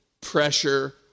pressure